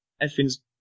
Everything's